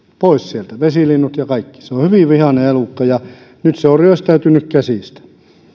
pois sieltä vesilinnut ja kaikki se on hyvin vihainen elukka ja nyt se on ryöstäytynyt käsistä